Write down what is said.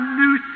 new